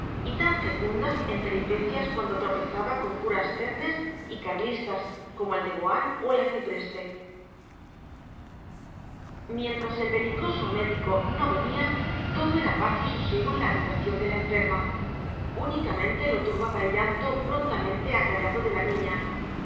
y tan fecundas en peripecias cuando tropezaba con curas ternes y carlistas como el de boán o el arcipreste mientras el belicoso médico no venía todo era paz y sosiego en la habitación de la enferma únicamente lo turbaba el llanto prontamente acallado de la niña